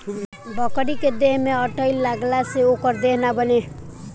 बकरी के देह में अठइ लगला से ओकर देह ना बने